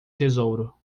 tesouro